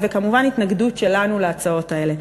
וכמובן התנגדות שלנו להצעות האלה.